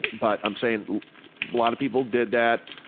but i'm saying a lot of people did that,